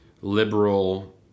liberal